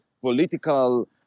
political